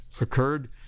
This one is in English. occurred